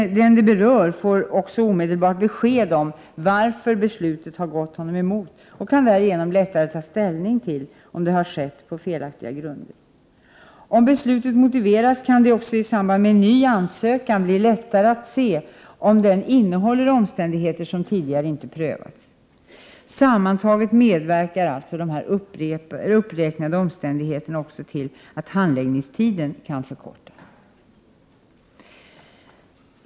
Den det berör får omedelbart besked om varför beslutet har gått honom emot och därigenom kan han lättare ta ställning till om avslaget skett på felaktiga grunder. Om besluten motiveras, kan det också i samband med en ny ansökan bli lättare att se om denna innehåller omständigheter som tidigare inte prövats. Sammantaget medverkar dessa uppräknade omständigheter också till att handläggningstiden kan förkortas.